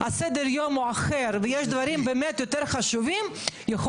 סדר היום הוא אחר ויש דברים באמת יותר חשובים יכול